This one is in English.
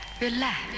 Relax